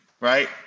right